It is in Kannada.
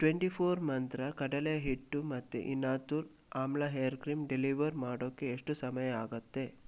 ಟ್ವೆಂಟಿ ಫೋರ್ ಮಂತ್ರ ಕಡಲೇ ಹಿಟ್ಟು ಮತ್ತೆ ಇನಾತೂರ್ ಆಮ್ಲಾ ಹೇರ್ ಕ್ರೀಂ ಡೆಲಿವರ್ ಮಾಡೋಕೆ ಎಷ್ಟು ಸಮಯ ಆಗುತ್ತೆ